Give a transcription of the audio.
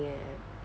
eh